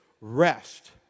rest